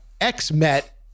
ex-Met